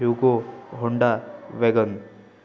yugo Honda wagon